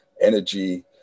energy